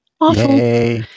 awful